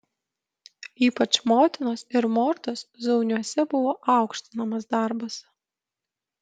ypač motinos ir mortos zauniuose buvo aukštinamas darbas